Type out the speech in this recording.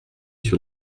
sur